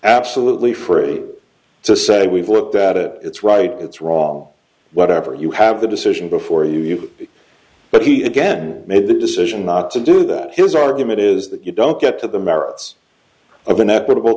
absolutely free to say we've looked at it it's right it's wrong whatever you have the decision before you but he again made the decision not to do that his argument is that you don't get to the merits of